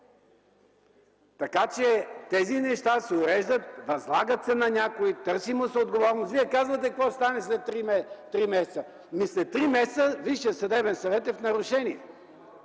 баща ми. Тези неща се уреждат, възлагат се на някой, търси му се отговорност. Вие казвате: какво ще стане след три месеца? След три месеца Висшият съдебен съвет е в нарушение.